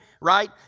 right